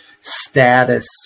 status